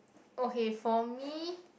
okay for me